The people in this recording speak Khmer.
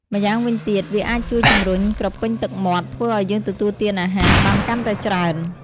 ម្យ៉ាងវិញទៀត វាអាចជួយជំរុញក្រពេញទឹកមាត់ ធ្វើឱ្យយើងទទួលទានអាហារបានកាន់តែច្រើន ។